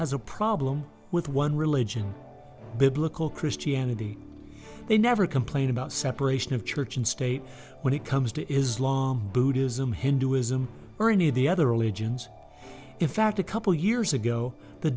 has a problem with one religion biblical christianity they never complain about separation of church and state when it comes to islam buddhism hinduism or any of the other religions in fact a couple years ago the